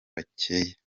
bakeya